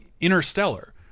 Interstellar